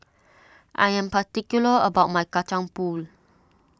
I am particular about my Kacang Pool